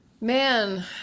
Man